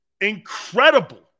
incredible